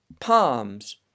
palms